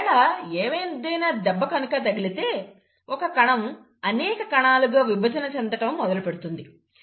ఒకవేళ ఏదైనా దెబ్బ కనుక తగిలితే ఒక కణం అనేక కణాలుగా విభజన చెందటం మొదలుపెడుతుంది